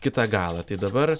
kitą galą tai dabar